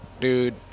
dude